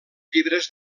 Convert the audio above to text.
llibres